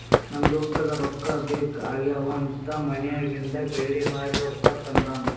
ನಮ್ ದೋಸ್ತಗ ರೊಕ್ಕಾ ಬೇಕ್ ಆಗ್ಯಾವ್ ಅಂತ್ ಮನ್ಯಾಗಿಂದ್ ಬೆಳ್ಳಿ ಮಾರಿ ರೊಕ್ಕಾ ತಂದಾನ್